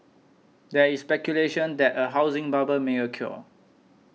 there is speculation that a housing bubble may occur